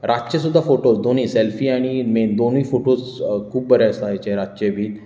रातचे सुद्दां फोटोस दोनूय सेल्फी आनी मेन दोनूय फोटोस खूब बरे आसता हेचे रातचे बीन